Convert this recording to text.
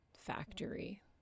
factory